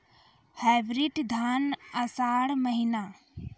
Hybrid धान आषाढ़ महीना?